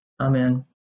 Amen